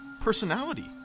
personality